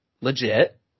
Legit